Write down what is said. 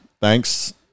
thanks